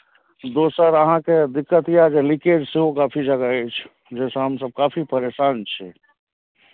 दोसर अहाँके दिक्कत यए जे लीकेज सेहो काफी जगह अछि जाहिसँ हमसभ काफी परेशान छी